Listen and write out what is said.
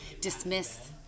dismiss